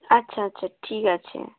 আচ্ছা আচ্ছা ঠিক আছে